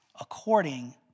according